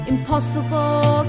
Impossible